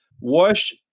wash